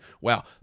wow